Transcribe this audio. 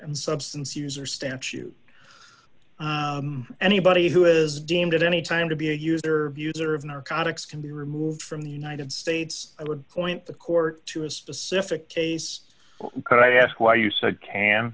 and substance user stanch you anybody who is deemed at any time to be a user user of narcotics can be removed from the united states i would point the court to a specific case could i ask why you said can